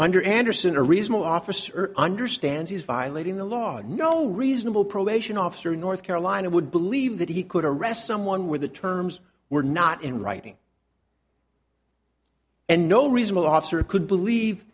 under andersen a reasonable officer understands he's violating the law and no reasonable probation officer in north carolina would believe that he could arrest someone where the terms were not in writing and no reasonable officer could believe